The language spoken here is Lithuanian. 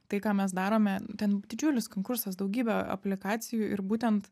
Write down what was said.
tai ką mes darome ten didžiulis konkursas daugybė aplikacijų ir būtent